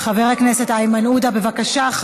חבר הכנסת איימן עודה, בבקשה.